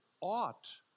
ought